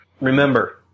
Remember